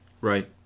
Right